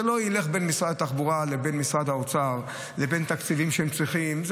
זה לא ילך בין משרד התחבורה לבין משרד האוצר לבין התקציבים שהם צריכים,